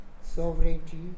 sovereignty